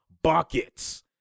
buckets